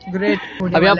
Great